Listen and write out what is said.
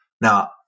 Now